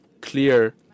clear